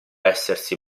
essersi